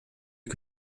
vue